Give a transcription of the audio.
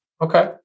Okay